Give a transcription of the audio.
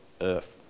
earth